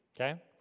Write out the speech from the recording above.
okay